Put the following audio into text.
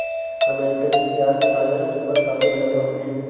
American Yorkshire सूअर काफी बड़े बड़े होते हैं